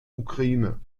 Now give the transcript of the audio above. ukraine